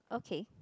okay